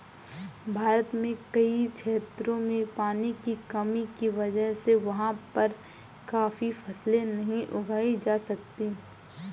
भारत के कई क्षेत्रों में पानी की कमी की वजह से वहाँ पर काफी फसलें नहीं उगाई जा सकती